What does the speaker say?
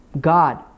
God